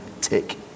tick